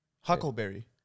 Huckleberry